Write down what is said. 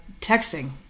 texting